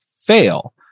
fail